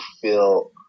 feel